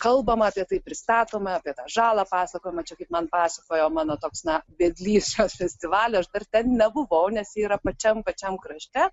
kalbama apie tai pristatoma apie žalą pasakojama čia kaip man pasakojo mano toks na vedlys šio festivalio aš dar ten nebuvau nes yra pačiam pačiam krašte